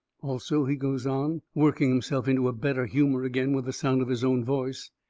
also, he goes on, working himself into a better humour again with the sound of his own voice,